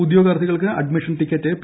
ഉദ്യോഗാർത്ഥികൾക്ക് admission ticket P